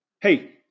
Hey